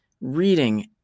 reading